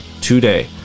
today